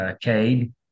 Cade